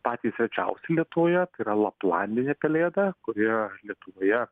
patys rečiausi lietuvoje tai yra laplandinė pelėda kuri lietuvoje